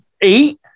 Eight